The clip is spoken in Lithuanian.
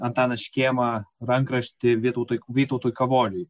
antanas škėma rankraštį vytautui vytautui kavoliui